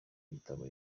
igitabo